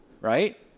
Right